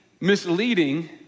misleading